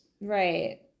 Right